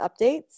updates